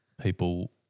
people